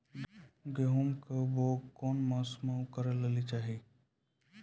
गेहूँमक बौग कून मांस मअ करै लेली चाही?